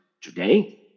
today